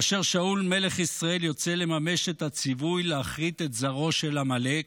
כאשר שאול מלך ישראל יוצא לממש את הציווי להכרית את זרעו של עמלק,